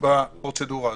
בפרוצדורה הזאת.